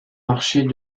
marchés